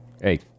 Hey